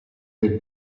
del